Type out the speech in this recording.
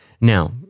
Now